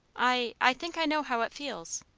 i i think i know how it feels.